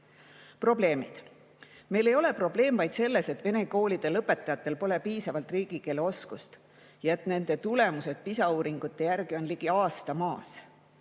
Meil ei ole probleem vaid selles, et vene koolide lõpetajatel pole piisavat riigikeele oskust ja et nende tulemused PISA uuringute järgi on ligi aasta maas.